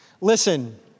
Listen